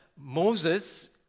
Moses